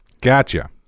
Gotcha